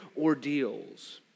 ordeals